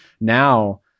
now